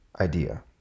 idea